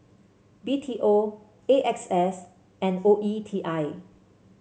B T O A X S and O E T I